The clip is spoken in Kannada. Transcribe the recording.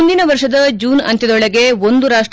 ಮುಂದಿನ ವರ್ಷದ ಜೂನ್ ಅಂತ್ಯದೊಳಗೆ ಒಂದು ರಾಷ್ಟ